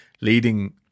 leading